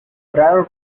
prior